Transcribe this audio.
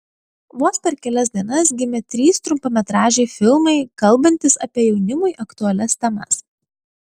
vos per kelias dienas gimė trys trumpametražiai filmai kalbantys apie jaunimui aktualias temas